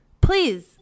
please